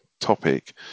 topic